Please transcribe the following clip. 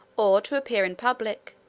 or to appear in public,